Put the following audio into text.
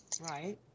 Right